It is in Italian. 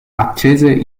accese